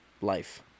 Life